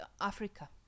africa